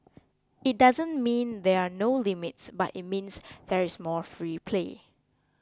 it doesn't mean there are no limits but it means there is more free play